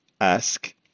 ask